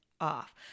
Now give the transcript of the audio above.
off